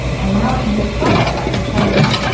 ah now i can just highlight that and change